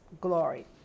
Glory